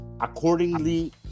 accordingly